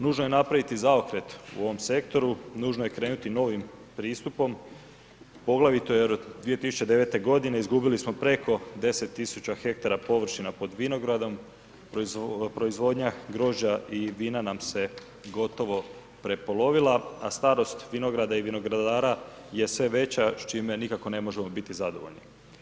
Nužno je napraviti zaokret u ovom sektoru, nužno je krenuti novim pristupom poglavito jer 2009. godine izgubili smo preko 10 tisuća hektara površina pod vinogradom, proizvodnja grožđa i vina nam se gotovo prepolovila a starost vinograda i vinogradara je sve veća s čime nikako ne možemo biti zadovoljni.